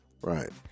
Right